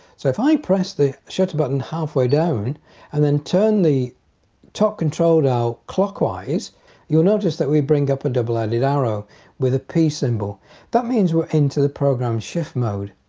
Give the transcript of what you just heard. so if i press the shutter button halfway down and then turn the top control dial clockwise you'll notice that we bring up a double-headed arrow with a p symbol-that means we're into the program shift mode.